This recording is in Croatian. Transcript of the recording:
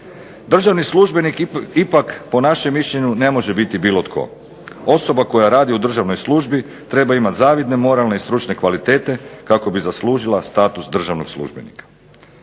Državni službenik ipak po našem mišljenju ne može biti bilo tko. Osoba koja radi u državnoj službi treba imat zavidne moralne i stručne kvalitete kako bi zaslužila status državnog službenika.